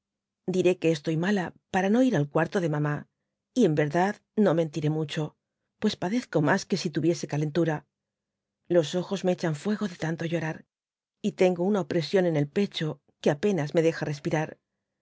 diré que estoy mala para no ir al cuarto de mamá y en verdad no mentiré mucho pues padezco mas que si tuviese calentura lo ojos me hechan fuego de tanto llorar y tengo una cnresion en el pecho que apenas me deja respirar